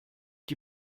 die